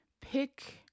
Pick